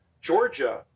Georgia